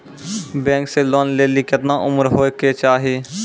Bank से loan लेली केतना उम्र होय केचाही?